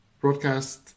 broadcast